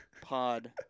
Pod